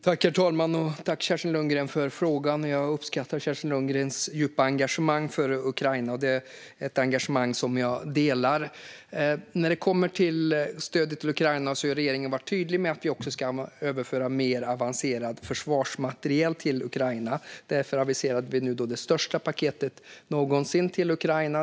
Herr talman! Tack, Kerstin Lundgren, för frågan! Jag uppskattar Kerstin Lundgrens djupa engagemang för Ukraina, ett engagemang som jag delar. Gällande stödet till Ukraina har regeringen varit tydlig med att vi också ska överföra mer avancerad försvarsmateriel till Ukraina. Därför aviserade vi nu det största paketet någonsin till Ukraina.